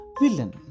villain